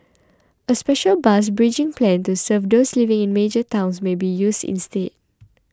a special bus bridging plan to serve those living in major towns may be used instead